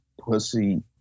Pussy